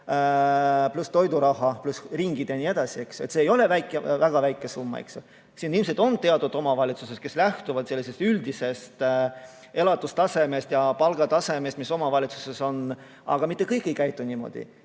pluss toiduraha, pluss ringid jne. See ei ole väga väike summa. Ilmselt on teatud omavalitsused, kes lähtuvad üldisest elatustasemest ja palgatasemest, mis omavalitsuses on. Aga mitte kõik ei käitu niimoodi.